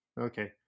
Okay